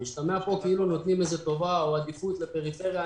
משתמע פה כאילו נותנים טובה או עדיפות לפריפריה.